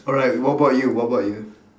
alright what about you what about you